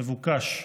מבוקש.